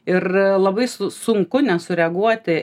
ir labai su sunku nesureaguoti